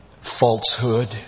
falsehood